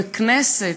וכנסת,